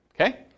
Okay